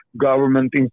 Government